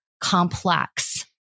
complex